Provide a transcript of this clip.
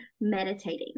meditating